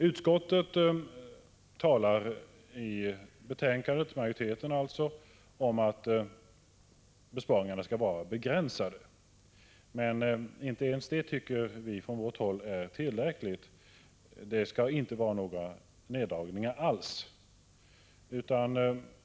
Utskottsmajoriteten säger i betänkandet att besparingarna skall vara begränsade. Men inte ens det tycker vi från vårt håll är tillräckligt. Det skall inte vara några neddragningar alls.